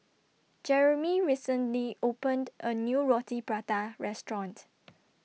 Jeremey recently opened A New Roti Prata Restaurant